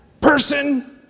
person